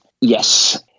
Yes